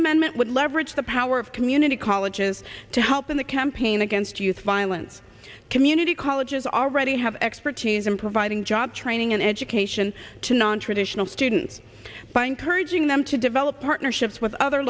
amendment would leverage the power of community colleges to help in the campaign against youth violence community colleges already have expertise in providing job training and education to nontraditional students by encouraging them to develop partnerships with other